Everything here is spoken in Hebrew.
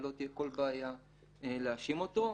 ולא תהיה כל בעיה להאשים אותו.